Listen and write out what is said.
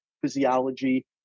physiology